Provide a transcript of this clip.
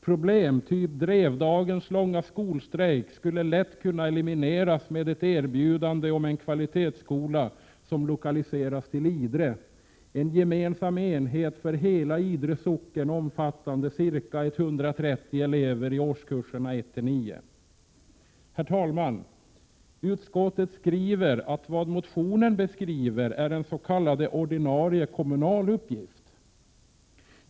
Problem av typen Drevdagens långa skolstrejk skulle lätt kunna elimineras med ett erbjudande om en kvalitetsskola som lokaliseras till Idre, en gemensam enhet för hela Idre socken, omfattande ca 130 elever i årskurserna 1-9. Herr talman! Utskottet anför att vad motionen beskriver är en s.k. ordinarie kommunal uppgift.